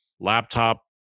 laptop